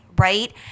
right